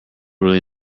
really